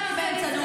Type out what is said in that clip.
האם התפקיד